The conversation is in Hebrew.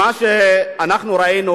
מה שאנחנו ראינו